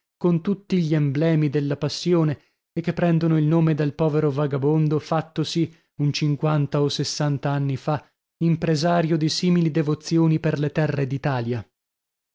con tutti gli emblemi della passione e che prendono il nome dal povero vagabondo fattosi un cinquanta o sessanta anni fa impresario di simili devozioni per le terre